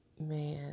man